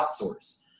outsource